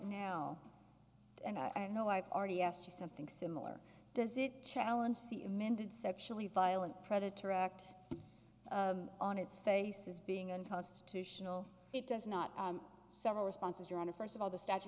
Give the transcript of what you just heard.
now and i don't know i've already asked you something similar does it challenge the amended sexually violent predator act on its face as being unconstitutional it does not several responses your honor first of all the statu